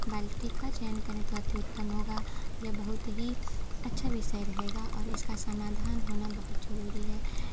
बाल्टी का चयन करें तो अति उत्तम होगा यह बहुत ही अच्छा विषय रहेगा और इसका सामाधान होना बहुत ज़रूरी है